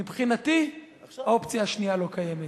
מבחינתי, האופציה השנייה לא קיימת.